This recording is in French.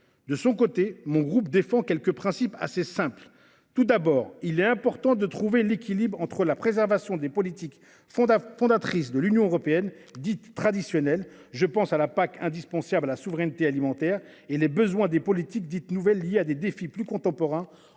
De son côté, mon groupe défend quelques principes assez simples. Il est important de trouver un équilibre entre la préservation des politiques fondatrices de l’Union européenne dites traditionnelles – je pense à la politique agricole commune (PAC), indispensable à la souveraineté alimentaire – et les besoins des politiques dites nouvelles, liées à des défis plus contemporains,